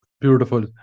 beautiful